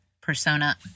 persona